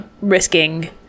risking